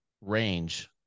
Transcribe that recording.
range